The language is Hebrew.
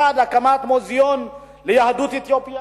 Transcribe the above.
1. הקמת מוזיאון ליהדות אתיופיה,